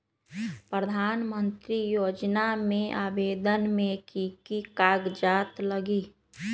प्रधानमंत्री योजना में आवेदन मे की की कागज़ात लगी?